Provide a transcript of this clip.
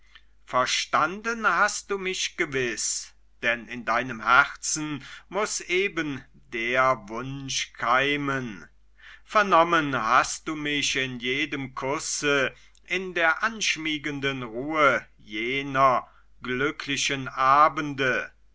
verstanden hast du mich gewiß den in deinem herzen muß der wunsch keimen vernommen hast du mich in jedem kusse in der anschmiegenden ruhe jener glücklichen abende